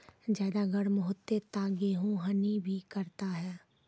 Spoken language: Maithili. ज्यादा गर्म होते ता गेहूँ हनी भी करता है?